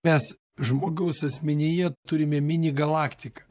mes žmogaus asmenyje turime mini galaktiką